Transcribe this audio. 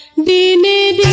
be made